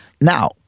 Now